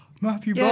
Matthew